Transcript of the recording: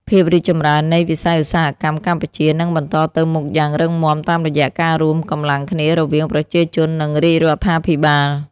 ភាពរីកចម្រើននៃវិស័យឧស្សាហកម្មកម្ពុជានឹងបន្តទៅមុខយ៉ាងរឹងមាំតាមរយៈការរួមកម្លាំងគ្នារវាងប្រជាជន និងរាជរដ្ឋាភិបាល។